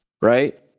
right